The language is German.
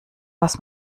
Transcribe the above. was